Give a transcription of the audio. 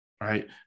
right